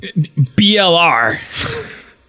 BLR